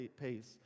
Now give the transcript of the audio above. pace